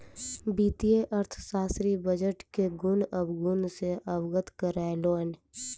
वित्तीय अर्थशास्त्री बजट के गुण अवगुण सॅ अवगत करौलैन